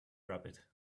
rabbit